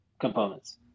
components